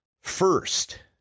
First